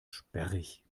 sperrig